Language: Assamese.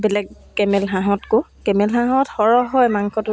কামটো মানে কৰি মই বহুতখিনিয়ে সুখী হৈ গৈছিলোঁ